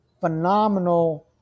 phenomenal